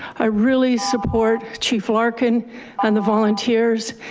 i really support chief larkin and the volunteers.